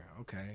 Okay